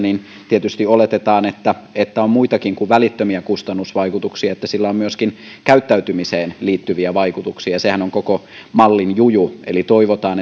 tietysti oletetaan että että on muitakin kuin välittömiä kustannusvaikutuksia että sillä on myöskin käyttäytymiseen liittyviä vaikutuksia ja sehän on koko mallin juju eli toivotaan